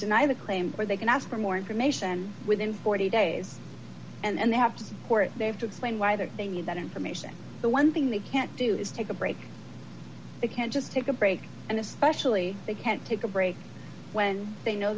deny the claim or they can ask for more information within forty days and they have to court they have to explain why there they need that information the one thing they can't do is take a break they can't just take a break and especially they can't take a break when they kno